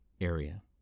area